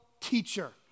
teacher